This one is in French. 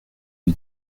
lui